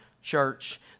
Church